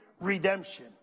redemption